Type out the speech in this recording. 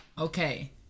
Okay